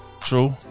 True